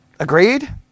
Agreed